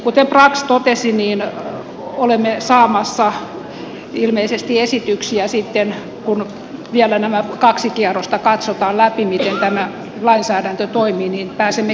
kuten brax totesi niin olemme saamassa ilmeisesti esityksiä sitten kun vielä nämä kaksi kierrosta katsotaan läpi miten tämä lainsäädäntö toimii ja pääsemme kehittämään sitten lainsäädäntöä